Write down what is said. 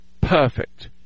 perfect